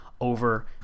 over